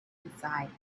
inside